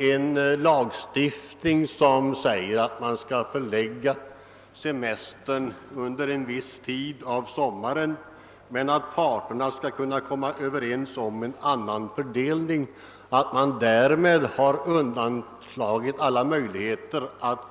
en lagstiftning som innebär att semestern skall förläggas till viss del av sommaren men att parterna har möjlighet att komma överens om en annan förläggning, har man inte slagit undan förutsättningarna att åstadkomma en spridning. Herr Olsson i Mölndal har inte kunnat motbevisa att arbetsgivaren nu har makt att förlägga semestern till den period han själv vill. Det är denna ensidighet i förhållandet mellan parterna som vi inte kan acceptera. I propositionen föreslås att ADB införs på inskrivningsväsendets område och att inskrivningsregistret förlägges till en central dataanläggning.